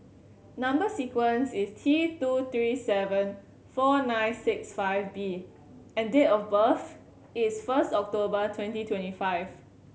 number sequence is T two three seven four nine six five B and date of birth is first October twenty twenty five